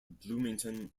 bloomington